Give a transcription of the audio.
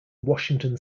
washington